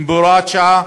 הם בהוראת שעה,